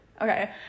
Okay